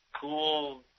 cool